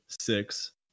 six